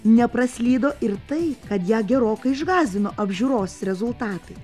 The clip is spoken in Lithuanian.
nepraslydo ir tai kad ją gerokai išgąsdino apžiūros rezultatai